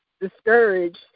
discouraged